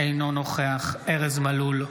אינו נוכח ארז מלול,